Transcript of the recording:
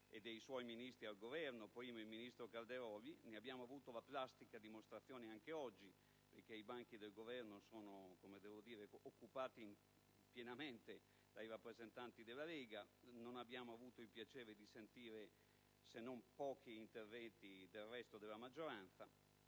ad accreditare (poc'anzi il ministro Calderoli, ma ne abbiamo avuto la plastica dimostrazione anche oggi perché i banchi del Governo sono occupati soltanto da rappresentanti della Lega e non abbiamo avuto il piacere di sentire interventi del resto della maggioranza,